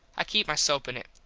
i keep my soap in it.